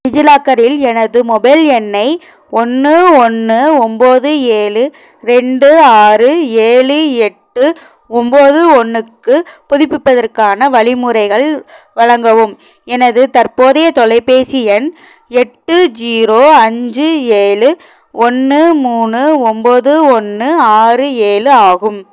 டிஜிலாக்கரில் எனது மொபைல் எண்ணை ஒன்று ஒன்று ஒன்பது ஏழு ரெண்டு ஆறு ஏழு எட்டு ஒன்பது ஒன்றுக்கு புதுப்பிப்பதற்கான வழிமுறைகள் வழங்கவும் எனது தற்போதைய தொலைபேசி எண் எட்டு ஜீரோ அஞ்சு ஏழு ஒன்று மூணு ஒன்பது ஒன்று ஆறு ஏழு ஆகும்